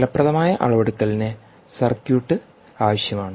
ഫലപ്രദമായ അളവെടുക്കലിന് സർക്യൂട്ട് ആവശ്യമാണ്